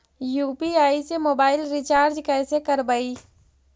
UPI से mobile recharge कैसे करबइ?